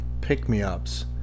pick-me-ups